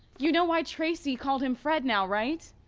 you know why tracy called him fred now, right?